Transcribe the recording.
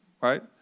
right